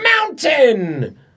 Mountain